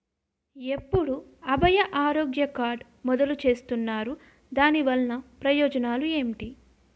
ఎప్పుడు అభయ ఆరోగ్య కార్డ్ మొదలు చేస్తున్నారు? దాని వల్ల ప్రయోజనాలు ఎంటి?